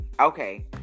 okay